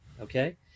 okay